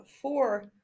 four